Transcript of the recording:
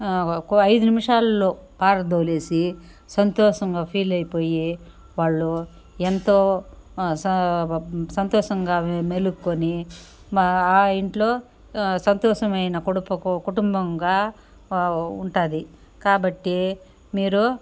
ఒక ఐదు నిమిషాల్లో పారదోలేసి సంతోషంగా ఫీల్ అయిపోయి వాళ్లు ఎంతో సంతోషంగా మేలుక్కొని ఆ ఇంట్లో సంతోషమైన కుడుపు కుటుంబంగా ఉం ఉంటుంది కాబట్టి మీరు